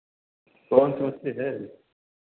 कौन सी सी मछली है